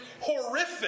horrific